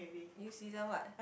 you season what